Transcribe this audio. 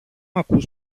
ακούς